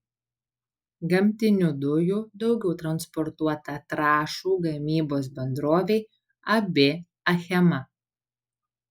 gamtinių dujų daugiau transportuota trąšų gamybos bendrovei ab achema